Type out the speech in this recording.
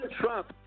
Trump